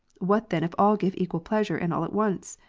what then if all give equal pleasure, and all at once?